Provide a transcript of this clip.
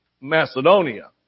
macedonia